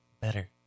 better